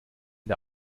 der